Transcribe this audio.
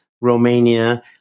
Romania